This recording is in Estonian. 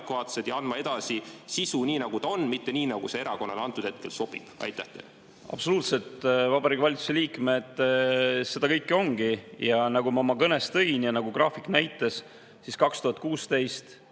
ja andma edasi sisu nii, nagu ta on, mitte nii, nagu see erakonnale antud hetkel sobib? Absoluutselt. Vabariigi Valitsuse liikmed seda kõike ongi. Nagu ma oma kõnes ära tõin ja nagu graafik näitas, 2016.